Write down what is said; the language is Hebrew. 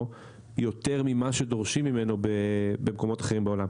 יותר ממה שדורשים ממנו במקומות אחרים בעולם.